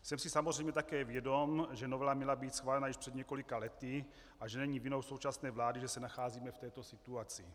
Jsem si samozřejmě také vědom, že novela měla být schválena již před několika lety a že není vinou současné vlády, že se nacházíme v této situaci.